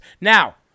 Now